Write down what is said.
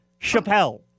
Chappelle